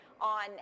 on